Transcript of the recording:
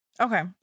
Okay